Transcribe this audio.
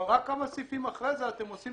אבל רק כמה סעיפים אחרי זה אתם עושים